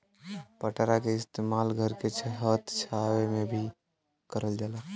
पटरा के इस्तेमाल घर के छत छावे में भी करल जाला